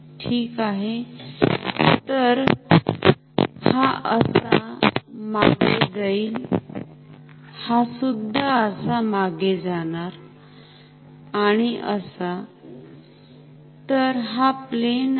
ठीक आहे तर हा असा मागे जाईल हा सुद्धा असा मागे जाणार आणि असातर हा प्लेन आहे